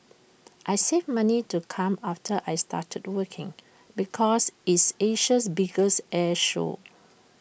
I saved money to come after I started working because it's Asia's biggest air show